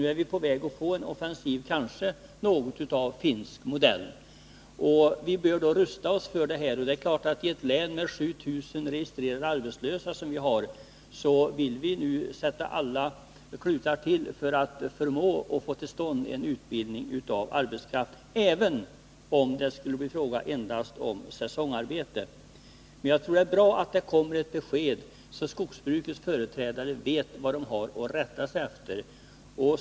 Nu är vi på väg att få en offensiv, kanske av finsk modell. Vi bör då rusta oss för detta. I ett län med 7 000 registrerade arbetslösa är det klart att vi nu vill sätta alla klutar till för att få till stånd utbildning av arbetskraft, även om det skulle bli fråga om endast säsongarbete. Jag tror att det är bra att det kommer ett besked, så att skogsbrukets företrädare vet vad de har att rätta sig efter.